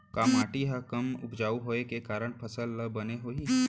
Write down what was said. का माटी हा कम उपजाऊ होये के कारण फसल हा बने होही?